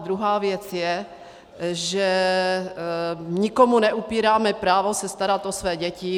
Druhá věc je, že nikomu neupíráme právo se starat o své děti.